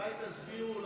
אולי תסבירו לנו?